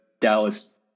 dallas